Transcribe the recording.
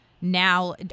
now